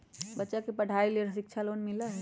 बच्चा के पढ़ाई के लेर शिक्षा लोन मिलहई?